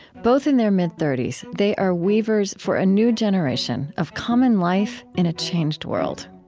both in their mid thirty s, they are weavers for a new generation of common life in a changed world